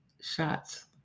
shots